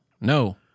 No